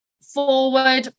forward